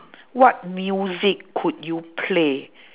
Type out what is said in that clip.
what music could you play